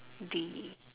D